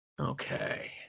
Okay